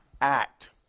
act